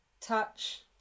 Touch